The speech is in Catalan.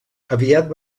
aviat